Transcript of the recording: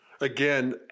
again